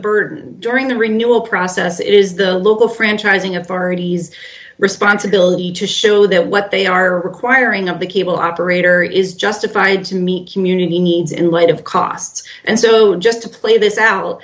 bird during the renewal process is the local franchising authorities responsibility to show that what they are requiring of the cable operator is justified to meet community needs in light of costs and so just to play this out